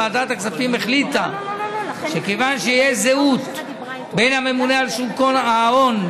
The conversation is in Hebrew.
ועדת הכספים החליטה שכיוון שיש זהות בין הממונה על שוק ההון,